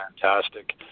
fantastic